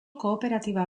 kooperatiba